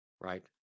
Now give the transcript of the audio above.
right